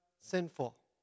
sinful